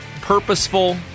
purposeful